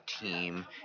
team